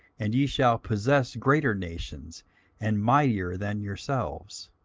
and ye shall possess greater nations and mightier than yourselves.